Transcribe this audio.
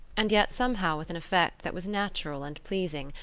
and yet somehow with an effect that was natural and pleasing,